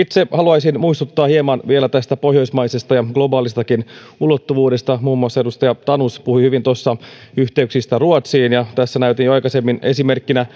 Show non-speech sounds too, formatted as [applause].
[unintelligible] itse haluaisin muistuttaa hieman vielä tästä pohjoismaisesta ja globaalistakin ulottuvuudesta muun muassa edustaja tanus puhui hyvin yhteyksistä ruotsiin ja tässä näytin jo aikaisemmin esimerkkinä [unintelligible]